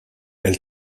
elle